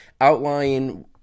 outlining